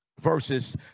verses